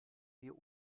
wir